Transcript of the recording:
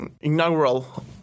inaugural